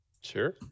Sure